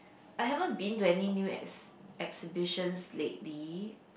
I haven't been to any new ex~ exhibitions lately